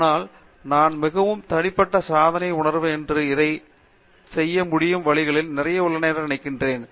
ஆனால் நான் மிகவும் தனிப்பட்ட சாதனை உணர்வு மற்றும் இதை செய்ய முடியும் வழிகளில் நிறைய உள்ளன என்று நினைக்கிறேன்